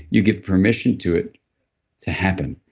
you give permission to it to happen.